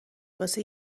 واسه